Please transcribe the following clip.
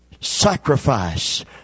sacrifice